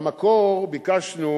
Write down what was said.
במקור ביקשנו,